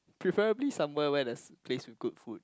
preferably somewhere where there's place with good food